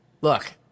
Look